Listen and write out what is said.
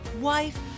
wife